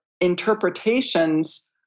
interpretations